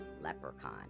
Leprechaun